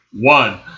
One